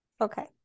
Okay